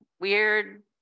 weird